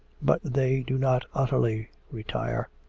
but they do not utterly retire.